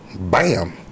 bam